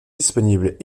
disponibles